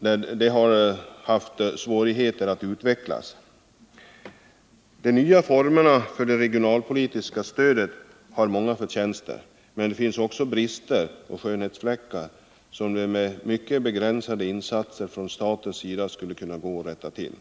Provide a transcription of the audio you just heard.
detta har haft svårigheter att utvecklas. De nya formerna för det regionalpolitiska stödet har många förtjänster, men det finns också brister och skönhetsfläckar som det med mycket begränsade insatser från statens sida skulle kunna gå att rätta till.